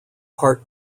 part